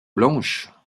blanches